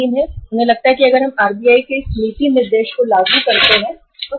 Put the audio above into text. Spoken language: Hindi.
उन्हें लगता है कि अगर हम RBI के इस नीति निर्देश को लागू करते हैं तो क्या होगा